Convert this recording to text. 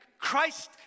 Christ